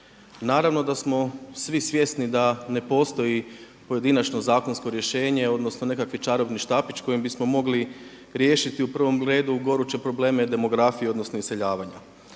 Naravno da smo svi svjesni da ne postoji pojedinačno zakonsko rješenje, odnosno nekakvi čarobni štapić kojim bismo mogli riješiti u prvom redu goruće probleme demografije, odnosno iseljavanja.